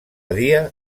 dia